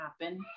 happen